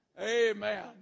Amen